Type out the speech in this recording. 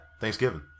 Thanksgiving